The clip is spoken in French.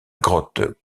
grotte